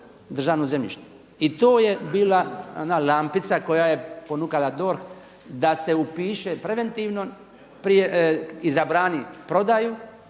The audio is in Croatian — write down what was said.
državno zemljište. I to je bila ona lampica koja je ponukala DORH. da se upiše preventivno i zabrani prodaju